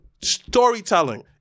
storytelling